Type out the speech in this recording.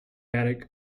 attic